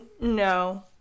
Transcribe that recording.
No